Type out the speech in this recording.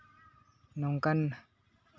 ᱱᱚᱝᱠᱟᱱ